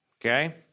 Okay